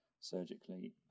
surgically